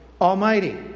Almighty